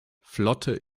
flotte